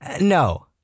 No